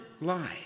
lie